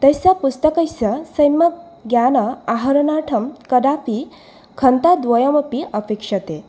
तस्य पुस्तकस्य सम्यक् ज्ञान आहरणार्थं कदापि घण्टाद्वयमपि अपेक्षते